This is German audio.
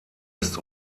ist